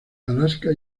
alaska